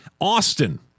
Austin